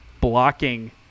blocking